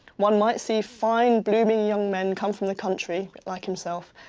one might see fine blooming young men come from the country, like himself,